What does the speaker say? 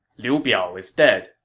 liu biao is dead,